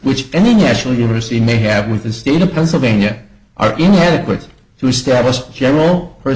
which any national university may have with the state of pennsylvania are inadequate to establish general per